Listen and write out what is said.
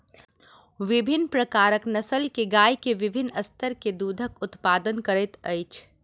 विभिन्न प्रकारक नस्ल के गाय के विभिन्न स्तर के दूधक उत्पादन करैत अछि